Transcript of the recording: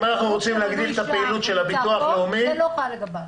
--- מנוי שם ונמצא פה, זה לא חל לגביו.